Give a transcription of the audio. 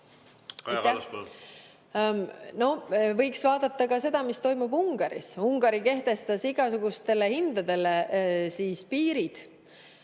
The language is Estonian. Võiks vaadata ka seda, mis toimub Ungaris. Ungari kehtestas igasugustele hindadele piirid,